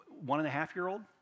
one-and-a-half-year-old